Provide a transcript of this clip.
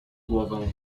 głowę